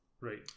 Right